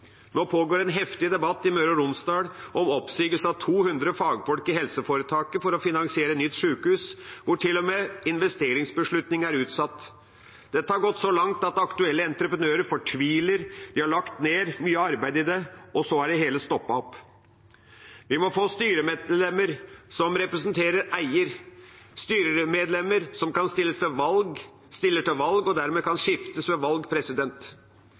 pågår en heftig debatt i Møre og Romsdal om oppsigelse av 200 fagfolk i helseforetaket for å finansiere nytt sjukehus. Investeringsbeslutning er til og med utsatt. Dette har gått så langt at aktuelle entreprenører fortviler. De har lagt ned mye arbeid i det, og så har det hele stoppet opp. Vi må få styremedlemmer som representerer eier – styremedlemmer som stiller til valg, og som dermed kan skiftes ved valg.